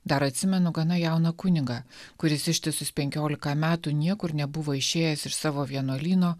dar atsimenu gana jauną kunigą kuris ištisus penkiolika metų niekur nebuvo išėjęs iš savo vienuolyno